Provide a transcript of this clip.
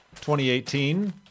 2018